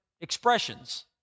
expressions